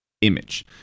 image